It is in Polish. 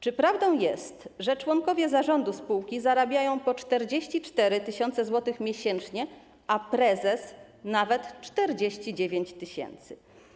Czy prawdą jest, że członkowie zarządu spółki zarabiają po 44 tys. zł miesięcznie, a prezes nawet 49 tys.